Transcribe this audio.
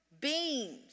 beams